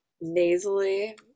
nasally